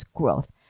growth